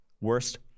Worst